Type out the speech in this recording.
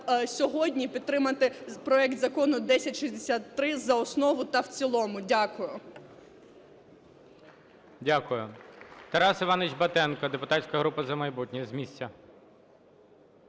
сьогодні підтримати проект Закону 1063 за основу та в цілому. Дяку. ГОЛОВУЮЧИЙ. Дякую. Тарас Іванович Батенко, депутатська група "За майбутнє", з місця.